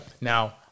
Now